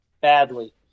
badly